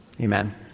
Amen